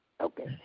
Okay